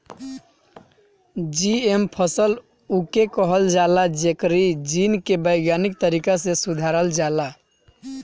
GM फसल उके कहल जाला जेकरी जीन के वैज्ञानिक तरीका से सुधारल जाला